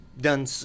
done